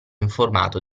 informato